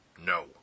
No